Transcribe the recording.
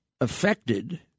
affected